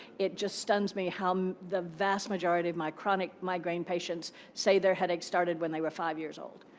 it just stuns me how the vast majority of my chronic migraine patients say their headaches started when they were five years old.